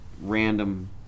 random